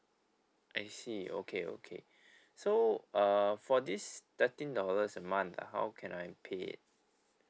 I see okay okay so err for this thirteen dollars a month ah how can I pay it